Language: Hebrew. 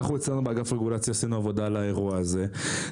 אצלנו באגף רגולציה עשינו עבודה על האירוע הזה.